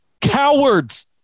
cowards